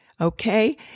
Okay